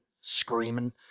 screaming